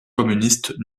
communistes